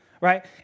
right